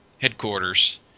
headquarters